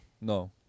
No